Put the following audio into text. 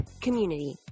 community